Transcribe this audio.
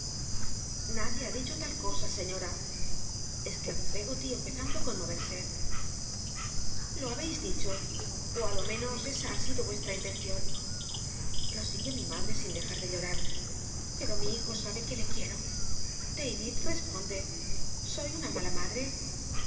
iadie ha dicho tal cosa sciíora exclamó pcggoty empezando ü conmo'ci'se lo habcis icho ó i lo menos esa ha sido vus intencion prosiguió mi math'e sin dejar de iioi ii pero mi hijo sabe que le quiero dar y responde soy una mala ntadre